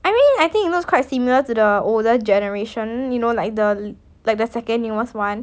I mean I think it looks quite similar to the older generation you know like the like the second newest [one]